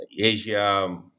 Asia